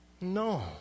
No